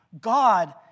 god